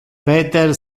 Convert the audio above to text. peter